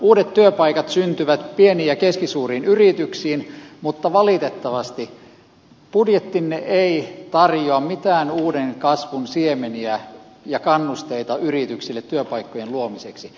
uudet työpaikat syntyvät pieniin ja keskisuuriin yrityksiin mutta valitettavasti budjettinne ei tarjoa mitään uuden kasvun siemeniä ja kannusteita yrityksille työpaikkojen luomiseksi